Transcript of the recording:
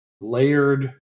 layered